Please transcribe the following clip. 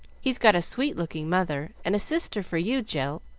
he's got a sweet-looking mother, and a sister for you, jill.